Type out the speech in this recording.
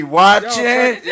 watching